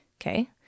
okay